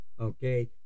Okay